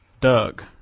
Doug